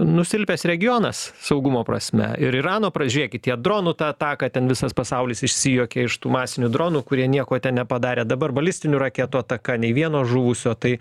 nusilpęs regionas saugumo prasme ir irano pra žėkit tie dronų ta ataka ten visas pasaulis išsijuokė iš tų masinių dronų kurie nieko ten nepadarė dabar balistinių raketų ataka nei vieno žuvusio tai